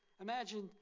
Imagine